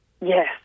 Yes